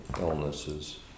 illnesses